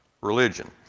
religion